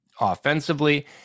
offensively